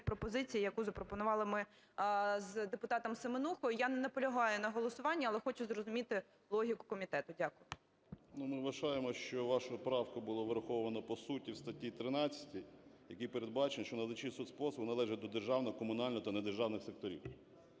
пропозиції, яку запропонували ми з депутатом Семенухою. Я не наполягаю на голосуванні, але хочу зрозуміти логіку комітету. Дякую. 12:56:57 БУРБАК М.Ю. Ми вважаємо, що вашу правку було враховано по суті в статті 13, в якій передбачено, що надавачі соцпослуг належать до державного, комунального та недержавних секторів.